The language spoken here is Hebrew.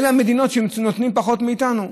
אלה המדינות שנותנות פחות מאיתנו.